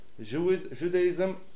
Judaism